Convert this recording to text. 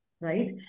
right